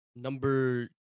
number